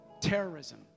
terrorism